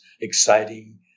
Exciting